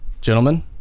gentlemen